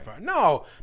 No